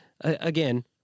again